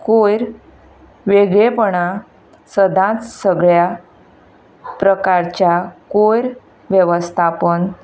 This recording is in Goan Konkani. कयर वेगळेपणा सदांच सगळ्या प्रकारच्या कयर वेवस्थापन